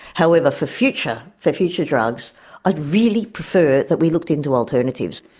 however, for future for future drugs i'd really prefer that we looked into alternatives.